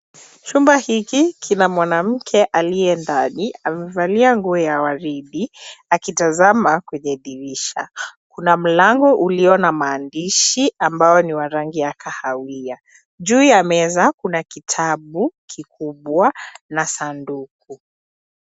Chumba hiki kina mwanamke aliye ndani amevalia nguo ya waridi akitazama kwenye dirisha, kuna mlango ulio na maandishi ambao ni wa rangi ya kahawia, juu ya meza kuna kitabu kikubwa na sanduku.